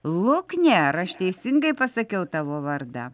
luknė ar aš teisingai pasakiau tavo vardą